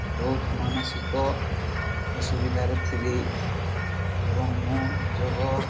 ବହୁତ ମାନସିକ ଅସୁବିଧାରେ ଥିଲି ଏବଂ ମୁଁ ଯୋଗ